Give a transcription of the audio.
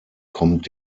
kommt